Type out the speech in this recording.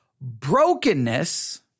brokenness